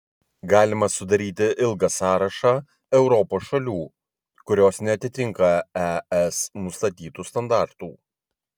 galima sudaryti ilgą sąrašą europos šalių kurios neatitinka es nustatytų standartų